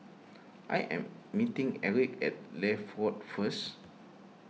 I am meeting Erick at Leith Road first